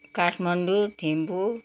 Kathmandu Thimphu